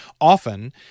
often